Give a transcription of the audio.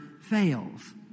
fails